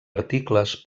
articles